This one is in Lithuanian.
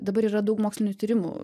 dabar yra daug mokslinių tyrimų